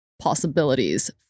possibilities